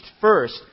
first